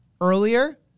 earlier